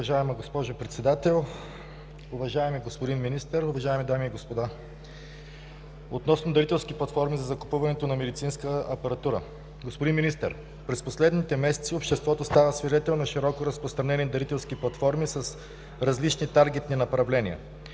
Уважаема госпожо Председател, уважаеми господин Министър, уважаеми дами и господа! Относно дарителски платформи за закупуването на медицинска апаратура. Господин Министър, през последните месеци обществото става свидетел на широко разпространени дарителски платформи с различни таргетни направления.